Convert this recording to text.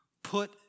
Put